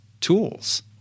tools